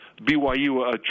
BYU